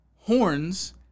Horns